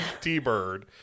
T-Bird